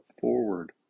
forward